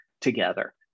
together